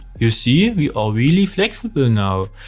you see we are really flexible now.